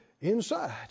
inside